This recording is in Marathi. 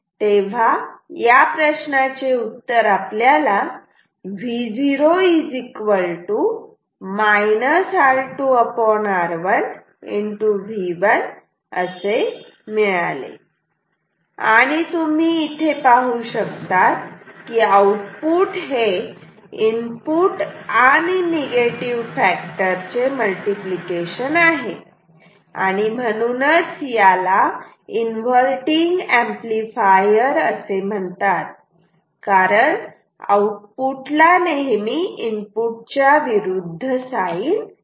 तेव्हा या प्रश्नाचे उत्तर आपल्याला V0 R2 R1 V1 असे मिळाले आणि तुम्ही इथे पाहू शकतात की आउटपुट हे इनपुट आणि निगेटिव्ह फॅक्टर चे मल्टिप्लिकेशन आहे आणि म्हणूनच याला इन्व्हर्टटिंग एंपलीफायर असे म्हणतात कारण आउटपुटला नेहमी इनपुट च्या विरुद्ध साईन येते